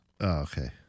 okay